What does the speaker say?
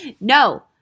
No